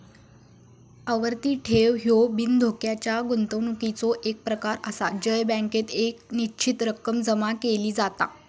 आवर्ती ठेव ह्यो बिनधोक्याच्या गुंतवणुकीचो एक प्रकार आसा जय बँकेत एक निश्चित रक्कम जमा केली जाता